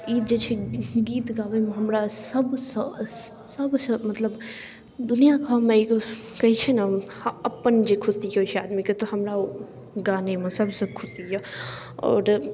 ई जे छै गीत गाबैमे हमरा सबसँ सबसँ मतलब दुनिआँ कऽ हमरा एगो कहैत छै ने अपन जे खुशी होइत छै आदमीके तऽ हमरा ओ गानेमे सबसँ खुशी यऽ आओर